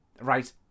right